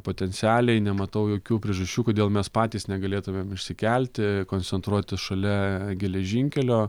potencialiai nematau jokių priežasčių kodėl mes patys negalėtumėm išsikelti koncentruotis šalia geležinkelio